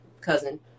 cousin